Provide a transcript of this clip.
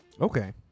Okay